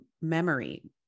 memory